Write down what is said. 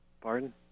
Pardon